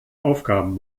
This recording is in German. aufgaben